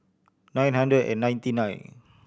nine hundred and ninety nine